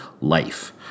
life